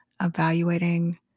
evaluating